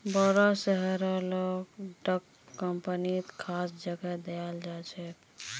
बोरो शेयरहोल्डरक कम्पनीत खास जगह दयाल जा छेक